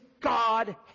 God